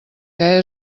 que